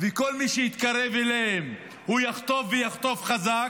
וכל מי שיתקרב אליהם יחטוף ויחטוף חזק,